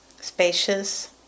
spacious